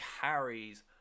carries